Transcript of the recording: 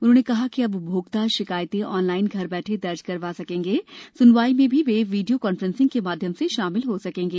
उन्होंने कहा कि अब उपभोक्ता शिकायतें ऑनलाइन घर बैठे दर्ज करवा सकेंगे एवं सुनवाई में भी वे वीडियो कॉफ्रेंसिंग के माध्यम से शामिल हो सकेंगे